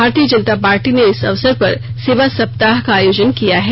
भारतीय जनता पार्टी ने इस अवसर पर सेवा सप्ताह का आयोजन किया है